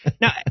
Now